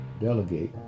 delegate